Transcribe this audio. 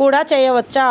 కూడా చేయ వచ్చా?